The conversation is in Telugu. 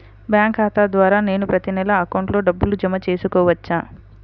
బ్యాంకు ఖాతా ద్వారా నేను ప్రతి నెల అకౌంట్లో డబ్బులు జమ చేసుకోవచ్చా?